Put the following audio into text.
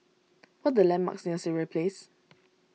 what the landmarks near Sireh Place